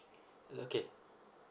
okay